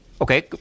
Okay